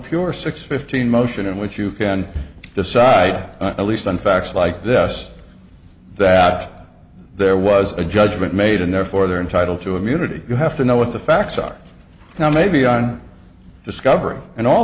pure six fifteen motion in which you can decide at least on facts like this that there was a judgment made and therefore they're entitled to immunity you have to know what the facts are now maybe on discovery and all